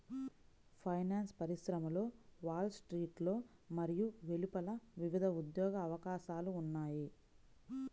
finance పరిశ్రమలో wall స్ట్రీట్లో మరియు వెలుపల వివిధ ఉద్యోగ అవకాశాలు ఉన్నాయి